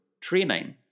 training